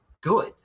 good